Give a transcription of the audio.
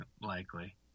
likely